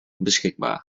beschikbaar